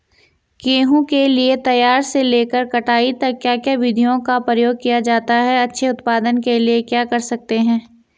गेहूँ के लिए खेत तैयार से लेकर कटाई तक क्या क्या विधियों का प्रयोग किया जाता है अच्छे उत्पादन के लिए क्या कर सकते हैं?